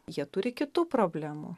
jie turi kitų problemų